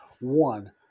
one